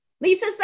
Lisa